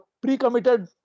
pre-committed